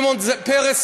שמעון פרס,